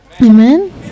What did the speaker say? Amen